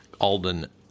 Alden